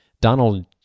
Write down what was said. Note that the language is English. Donald